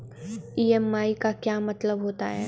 EMI का क्या मतलब होता है?